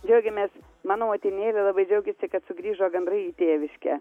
džiaugiamės mano motinėlė labai džiaugiasi kad sugrįžo gandrai į tėviškę